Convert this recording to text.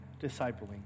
discipling